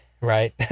right